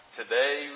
today